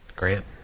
Grant